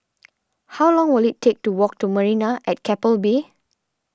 how long will it take to walk to Marina at Keppel Bay